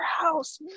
house